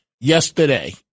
yesterday